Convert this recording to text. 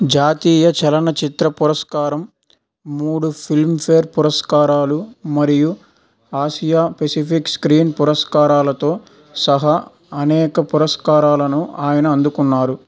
జాతీయ చలనచిత్ర పురస్కారం మూడు ఫిల్మ్ఫేర్ పురస్కారాలు మరియు ఆసియా పసిఫిక్ స్క్రీన్ పురస్కారాలతో సహా అనేక పురస్కారాలను ఆయన అందుకున్నారు